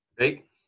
Right